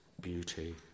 beauty